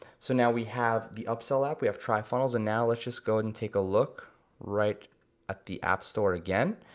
so now we have the upsell app, we have trifunnels, and now let's just go and and take a look right at the app store again.